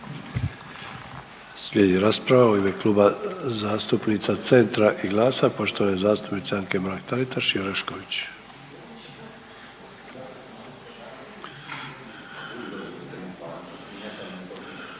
Slijedi rasprava u ime Kluba zastupnica Centra i GLAS-a poštovane zastupnice Anke Mrak-Taritaš i Orešković.